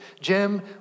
Jim